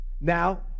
Now